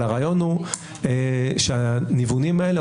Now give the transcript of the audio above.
שהניוונים האלה,